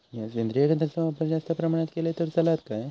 मीया सेंद्रिय खताचो वापर जास्त प्रमाणात केलय तर चलात काय?